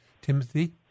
Timothy